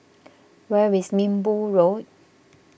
where is Minbu Road